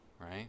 right